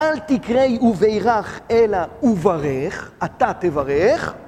אל תקרי ובירך אלא וברך, אתה תברך.